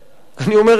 אני אומר את זה בצער,